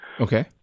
Okay